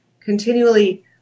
Continually